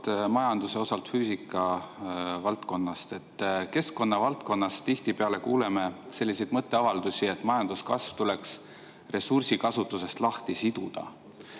majanduse, osalt füüsika valdkonnast. Keskkonna valdkonnas tihtipeale kuuleme selliseid mõtteavaldusi, et majanduskasv tuleks ressursikasutusest lahti siduda.